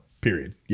Period